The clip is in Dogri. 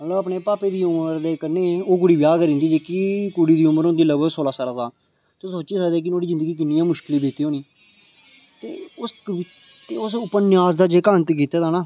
मतलब अपने पापे दी उमर कन्नै ओह् कुड़ी ब्याह करी ओड़दी कि कुड़ी दी उमर होंदी सोलां सतारां साल तुस सोची सकने कुड़ी दी उमर किन्नी मुश्किल बीती होनी उस उपन्यास दा जेहडा अंत कीते दा है ना